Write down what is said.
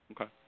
Okay